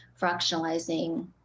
fractionalizing